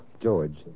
George